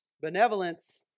Benevolence